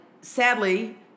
sadly